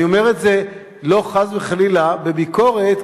אני אומר את זה לא חס וחלילה בביקורת,